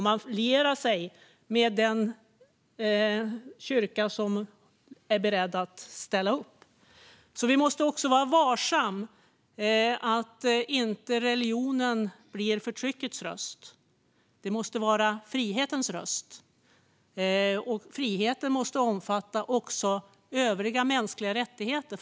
Man lierar sig med den kyrka som är beredd att ställa upp. Vi måste vara varsamma så att religionen inte blir förtryckets röst. Den måste vara frihetens röst, och friheten måste omfatta också övriga mänskliga rättigheter.